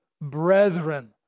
Brethren